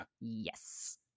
yes